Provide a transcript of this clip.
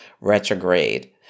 retrograde